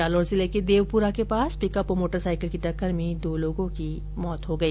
जालौर जिले के देवपुरा के पास पिकअप और मोटरसाईकिल की टक्कर में दो लोगों की मौत हो गई